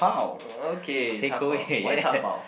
okay dabao why dabao